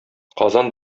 казан